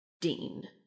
Dean